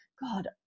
God